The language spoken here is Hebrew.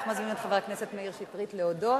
אנחנו מזמינים את חבר הכנסת מאיר שטרית להודות.